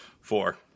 Four